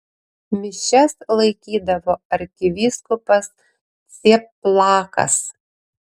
mišias laikydavo arkivyskupas cieplakas